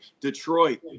Detroit